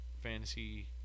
Fantasy